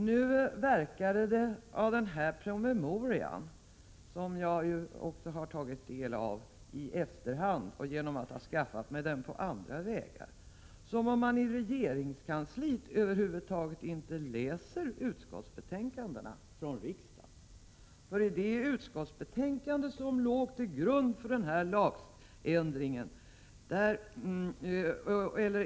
Det verkade av promemorian som om man i regeringskansliet över huvud taget inte läser utskottsbetänkandena från riksdagen. Jag har skaffat mig promemorian på andra vägar och tagit del av den i efterhand.